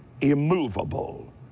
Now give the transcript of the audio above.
immovable